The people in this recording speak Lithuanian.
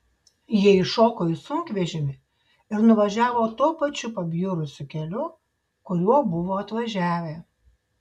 jie įšoko į sunkvežimį ir nuvažiavo tuo pačiu pabjurusiu keliu kuriuo buvo atvažiavę